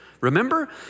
remember